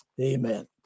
Amen